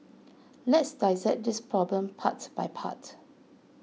let's dissect this problem part by part